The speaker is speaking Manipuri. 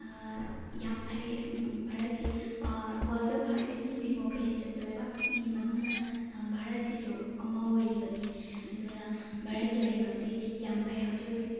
ꯌꯥꯝ ꯐꯩ ꯚꯥꯔꯠꯁꯤ ꯋꯥꯔꯜꯗ ꯈ꯭ꯋꯥꯏꯗꯒꯤ ꯗꯤꯃꯣꯀ꯭ꯔꯦꯁꯤ ꯆꯠꯄ ꯂꯩꯕꯥꯛꯁꯤꯡꯒꯤ ꯃꯅꯨꯡꯗ ꯚꯥꯔꯠꯁꯤꯁꯨ ꯑꯃ ꯑꯣꯏꯔꯤꯕꯅꯤ ꯑꯗꯨꯅ ꯚꯥꯔꯠꯀꯤ ꯂꯩꯉꯥꯛꯁꯤ ꯌꯥꯝ ꯐꯩ ꯍꯧꯖꯤꯛ ꯍꯧꯖꯤꯛ